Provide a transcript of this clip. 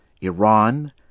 Iran